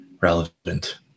relevant